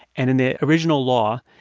and in the original law,